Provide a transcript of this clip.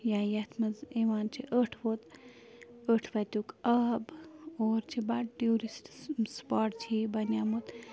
یا یَتھ منٛز یِوان چھِ ٲٹھٕ ووٚت ٲٹھٕ وَتیُک آب اور چھِ بڑٕ ٹیورسٹہٕ سُپاٹ چھِ یہِ بَنیومُت